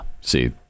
see